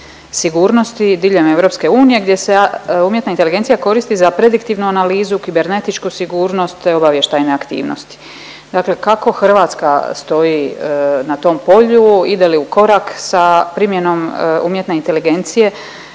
sigurnosti diljem EU gdje se umjetna inteligencija koristi za prediktivnu analizu, kibernetičku sigurnost, te obavještajne aktivnosti. Dakle kako Hrvatska stoji na tom polju, ide li u korak sa primjenom umjetne inteligencije